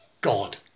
God